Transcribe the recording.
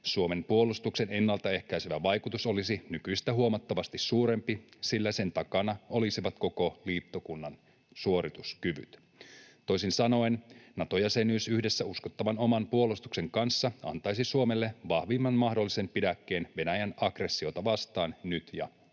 Suomen puolustuksen ennalta ehkäisevä vaikutus olisi nykyistä huomattavasti suurempi, sillä sen takana olisivat koko liittokunnan suorituskyvyt. Toisin sanoen Nato-jäsenyys yhdessä uskottavan oman puolustuksen kanssa antaisi Suomelle vahvimman mahdollisen pidäkkeen Venäjän aggressiota vastaan nyt ja